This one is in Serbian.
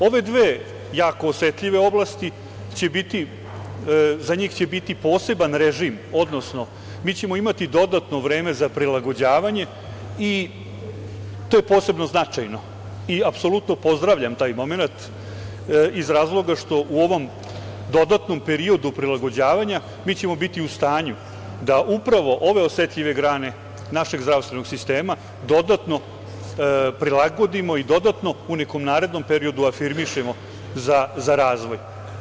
Za ove dve jako osetljive oblasti će biti poseban režim, odnosno mi ćemo imati dodatno vreme za prilagođavanje, i to je posebno značajno, i apsolutno pozdravljam taj momenat iz razloga što u ovom dodatnom periodu prilagođavanja mi ćemo biti u stanju da ove osetljive grane našeg zdravstvenog sistema dodatno prilagodimo i dodatno u nekom narednom periodu afirmišemo za razvoj.